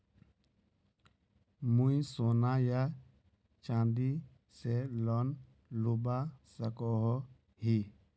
मुई सोना या चाँदी से लोन लुबा सकोहो ही?